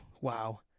wow